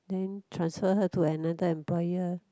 then transfer her to another employer